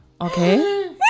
Okay